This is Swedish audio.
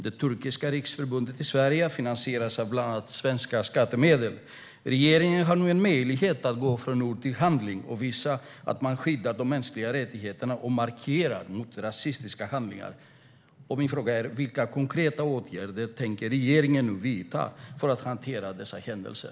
Turkiska riksförbundet i Sverige finansieras av bland annat svenska skattemedel. Regeringen har nu möjlighet att gå från ord till handling och visa att man skyddar de mänskliga rättigheterna och markerar mot rasistiska handlingar. Min fråga är: Vilka konkreta åtgärder tänker regeringen vidta för att hantera dessa händelser?